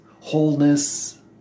wholeness